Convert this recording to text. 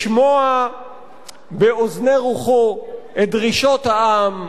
לשמוע באוזני רוחו את דרישות העם,